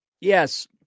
Yes